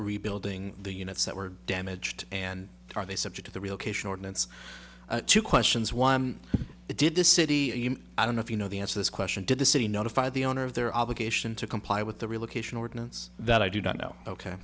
rebuilding the units that were damaged and are they subject to the relocation ordinance two questions one did the city i don't know if you know the answer this question did the city notify the owner of their obligation to comply with the relocation ordinance that i do not know ok